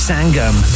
Sangam